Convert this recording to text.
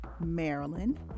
Maryland